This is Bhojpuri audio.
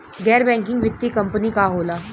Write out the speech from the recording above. गैर बैकिंग वित्तीय कंपनी का होला?